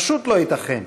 פשוט לא ייתכן,